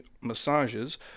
massages